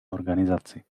organizaci